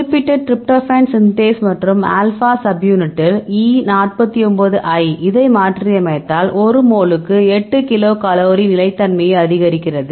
குறிப்பிட்ட tryptophan synthase மற்றும் alpha சப்யூனிட்டில் E 49 I இதை மாற்றியமைத்தால் ஒரு மோலுக்கு 8 கிலோ கலோரி நிலைத்தன்மையை அதிகரிக்கிறது